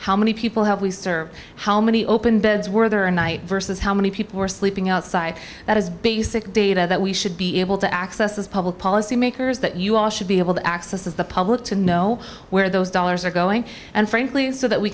many people have leased or how many open beds were there a night versus how many people are sleeping outside that is basic data that we should be able to access as public policy makers that you all should be able to access the public to know where those dollars are going and frankly so that we